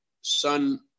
son